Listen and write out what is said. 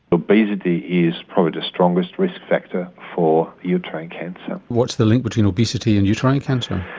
obesity is probably the strongest risk factor for uterine cancer. what's the link between obesity and uterine cancer?